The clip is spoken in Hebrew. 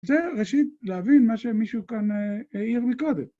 זה ראשית להבין מה שמישהו כאן העיר מקודם.